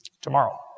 tomorrow